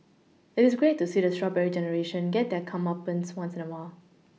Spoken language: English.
it is great to see the Strawberry generation get their comeuppance once in a while